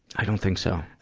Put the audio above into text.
i don't think so.